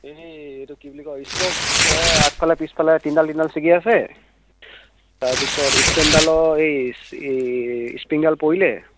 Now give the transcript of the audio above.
এই এইটো কি বুলি কয় স্পক আগফালে পিছফালে তিনিডাল তিনিডাল ছিগি আছে তাৰপিছত ষ্টেণ্ডডালৰ এই এই স্প্ৰিংডাল পৰিলে